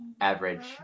average